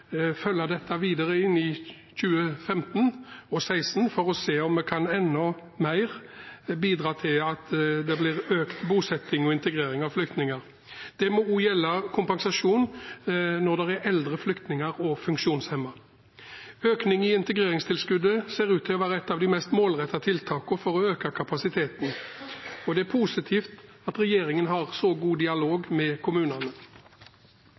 følge dette videre inn i 2015 og 2016, for å se om vi kan bidra enda mer til økt bosetting og integrering av flyktninger. Det må også gjelde kompensasjon når det er eldre flyktninger og funksjonshemmede. Økning i integreringstilskuddet ser ut til å være et av de mest målrettede tiltakene for å øke kapasiteten. Det er positivt at regjeringen har så god dialog med kommunene.